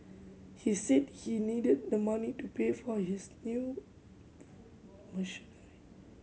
he said he needed the money to pay for his new machinery